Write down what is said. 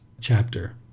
chapter